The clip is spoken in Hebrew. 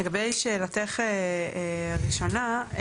לגבי שאלתך הראשונה.